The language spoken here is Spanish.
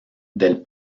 del